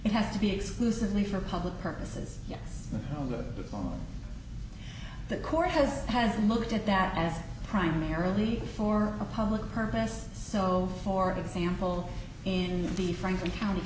it has to be exclusively for public purposes yes no the form the court has has looked at that as primarily for a public purpose so for example in the franklin county